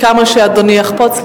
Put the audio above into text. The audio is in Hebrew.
כמה שאדוני יחפוץ.